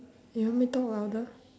you want me talk louder